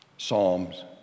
Psalms